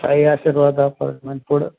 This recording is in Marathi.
ताई आशिर्वद अपार्टर्मेट पुढं